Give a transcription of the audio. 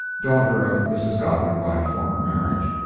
daughter of mrs. godwin by a former marriage.